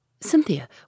Cynthia